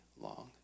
long